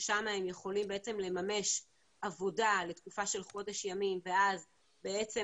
ששם הם יכולים בעצם לממש עבודה לתקופה של חודש ימים ואז בעצם